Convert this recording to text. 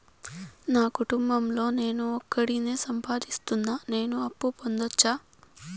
మా కుటుంబం లో నేను ఒకడినే సంపాదిస్తున్నా నేను అప్పు పొందొచ్చా